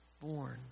born